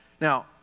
Now